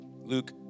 Luke